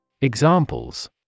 Examples